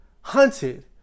hunted